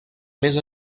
més